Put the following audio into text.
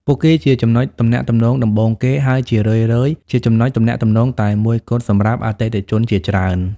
ពួកគេជាចំណុចទំនាក់ទំនងដំបូងគេ ហើយជារឿយៗជាចំណុចទំនាក់ទំនងតែមួយគត់សម្រាប់អតិថិជនជាច្រើន។